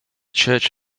church